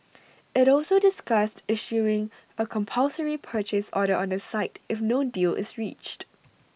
IT also discussed issuing A compulsory purchase order on the site if no deal is reached